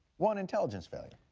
one intelligence failure.